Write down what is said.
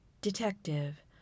Detective